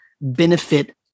benefit